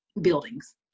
buildings